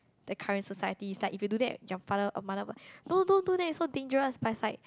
that kind of society is like if you do that your father or mother will no no don't do that it's so dangerous but it's like